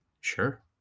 Sure